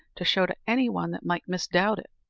to show to any one that might misdoubt it.